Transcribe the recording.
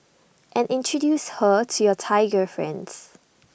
and introduce her to your Thai girlfriends